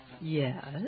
Yes